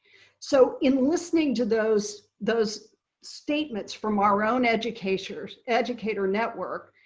so in listening to those those statements from our own educator educator network,